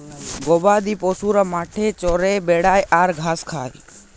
গবাদি পশুরা মাঠে চরে বেড়ায় আর ঘাঁস খায়